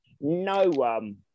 No-one